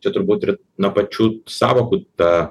čia turbūt ir nuo pačių sąvokų ta